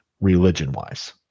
religion-wise